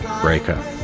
breakup